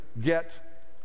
get